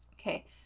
Okay